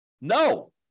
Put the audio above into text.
No